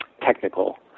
technical